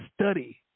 study